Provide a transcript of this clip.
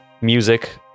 music